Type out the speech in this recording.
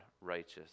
righteous